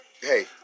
hey